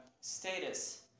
status